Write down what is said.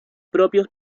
propios